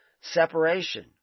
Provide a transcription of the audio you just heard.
separation